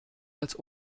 als